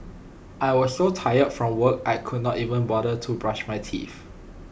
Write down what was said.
I was so tired from work I could not even bother to brush my teeth